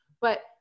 but-